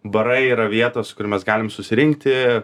barai yra vietos kur mes galim susirinkti